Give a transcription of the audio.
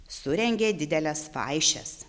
surengė dideles vaišes